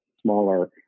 smaller